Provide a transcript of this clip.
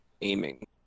aiming